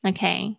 Okay